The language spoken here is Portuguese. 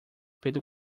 pelo